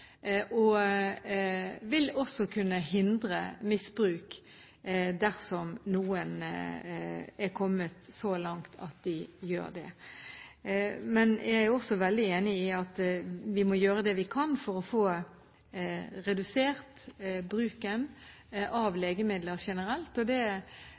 og vil også kunne hindre misbruk dersom noen er kommet så langt. Men jeg er også veldig enig i at vi må gjøre det vi kan for å få redusert bruken